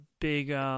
big